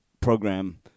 program